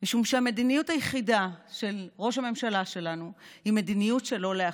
משום שהמדיניות היחידה של ראש הממשלה שלנו היא מדיניות של לא להחליט.